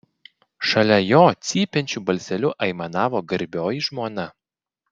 šalia jo cypiančiu balseliu aimanavo garbioji žmona